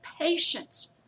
patience